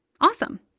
Awesome